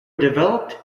developed